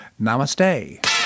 Namaste